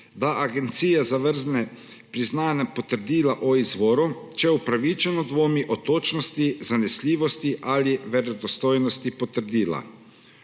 da agencija zavrne priznanje potrdila o izvoru, če upravičeno dvomi o točnosti, zanesljivosti ali verodostojnosti potrdila.